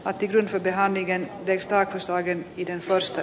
aatteidensa tehoa niiden kestoa kassoihin viidentoista